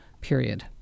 period